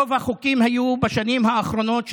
רוב החוקים היו בשנים האחרונות,